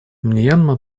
мьянма